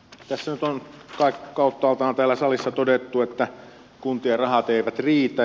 tässä nyt on kai kauttaaltaan täällä salissa todettu että kuntien rahat eivät riitä